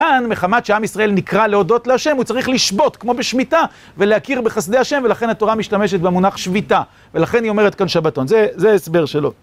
כאן, מחמת שעם ישראל נקרא להודות להשם, הוא צריך לשבות, כמו בשמיטה, ולהכיר בחסדי השם, ולכן התורה משתמשת במונח שביתה. ולכן היא אומרת כאן שבתון, זה ההסבר שלו.